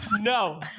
no